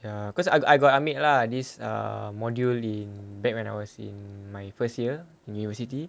ya cause I I got I make lah this err module in back when I was in my first year university